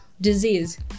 disease